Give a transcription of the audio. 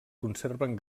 conserven